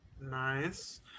nice